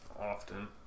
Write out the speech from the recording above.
often